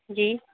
जी